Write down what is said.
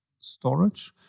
storage